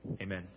Amen